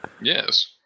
Yes